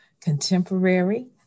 Contemporary